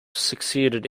succeeded